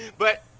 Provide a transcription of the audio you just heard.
but